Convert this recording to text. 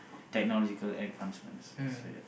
technological advancements so ya